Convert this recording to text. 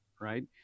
Right